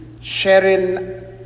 sharing